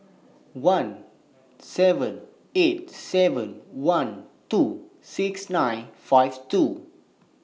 one seven eight seven one two six nine five two